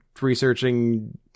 researching